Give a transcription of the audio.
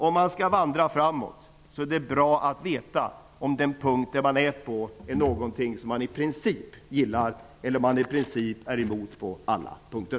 Om man skall vandra framåt är det bra att veta om den punkt där man står är någonting som man i princip gillar eller i princip är emot i alla delar.